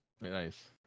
Nice